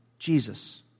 Jesus